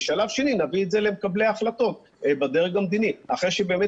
בשלב שני נביא את זה למקבלי ההחלטות בדרג המדיני אחרי שבאמת